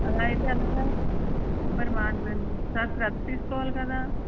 అలాగైతే ఎలాగా మరి మాకు మేము బాగా శ్రద్ధ తీసుకోవాలి కదా